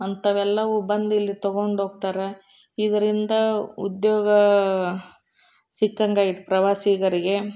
ಅಂಥವೆಲ್ಲವೂ ಬಂದು ಇಲ್ಲಿ ತೊಗೊಂಡೋಗ್ತಾರ ಇದರಿಂದ ಉದ್ಯೋಗ ಸಿಕ್ಕಂಗಾಯ್ತ್ ಪ್ರವಾಸಿಗರಿಗೆ